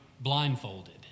blindfolded